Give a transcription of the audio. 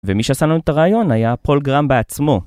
ומי שעשנו את הרעיון היה פול גרם בעצמו.